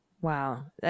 Wow